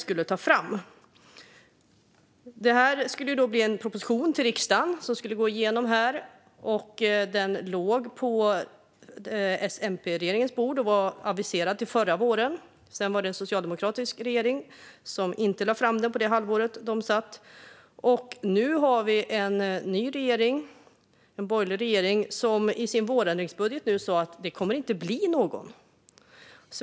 Detta skulle bli en proposition till riksdagen, och den låg på S och MP-regeringens bord och var aviserad till förra våren. Sedan var det en socialdemokratisk regering, och den lade inte fram den på det halvår de satt. Och nu har vi en ny regering, en borgerlig regering, som i sin vårändringsbudget sa att det inte kommer att bli någon.